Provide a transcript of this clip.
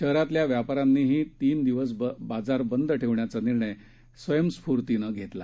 शहरातल्या व्यापा यांनीही तीन दिवस बाजार बंद ठेवण्याचा निर्णय स्वयंस्फूर्तीनं घेतला